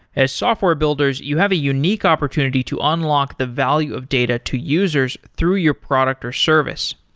as software builders, you have a unique opportunity to unlock the value of data to users through your product or service.